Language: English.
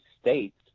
states